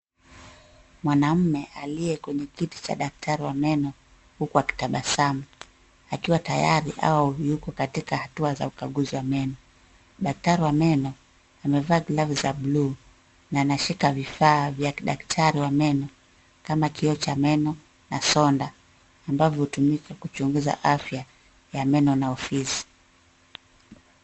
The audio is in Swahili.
Mwanaume aliye kwenye kiti cha daktari wa meno huku akitabasamu akiwa tayari au yuko katika hatua za ukaguzi wa meno. Daktari wa meno amevaa glavu za buluu na anashika vifaa vya kidaktari wa meno kama kioo cha meno na sonda ambavyo hutumika kuchunguza afya ya meno na ufizi.